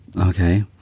Okay